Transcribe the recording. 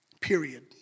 period